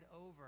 over